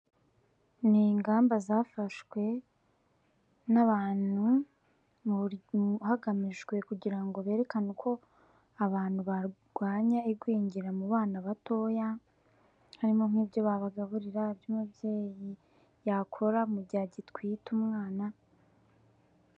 Ni ingamba zafashwe n'abantu hagamijwe kugira ngo berekane uko abantu barwanya igwingira, mu bana batoya, harimo nk'ibyo babagaburira ibyo' umubyeyi yakora mu gihe agitwite umwana.